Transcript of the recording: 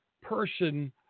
person